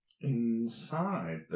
inside